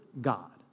God